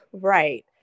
right